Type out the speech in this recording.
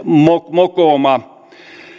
mokoma